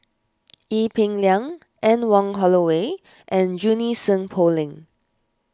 Ee Peng Liang Anne Wong Holloway and Junie Sng Poh Leng